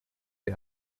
die